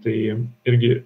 tai irgi